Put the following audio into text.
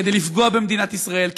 כדי לפגוע במדינת ישראל,